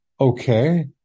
okay